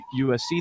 USC